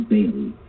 Bailey